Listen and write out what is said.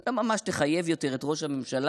לא ממש תחייב יותר את ראש הממשלה,